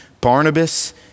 Barnabas